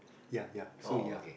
ya ya so ya